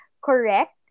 correct